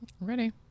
Ready